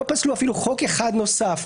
לא פסלו אפילו חוק אחד נוסף.